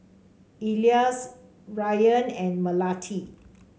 Elyas Rayyan and Melati